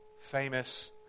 famous